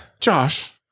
Josh